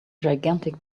gigantic